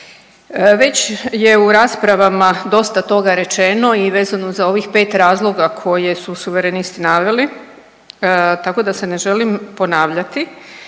Već je u raspravama dosta toga rečeno i vezano za ovih 5 razloga koje su suverenisti naveli tako da se ne želim ponavljati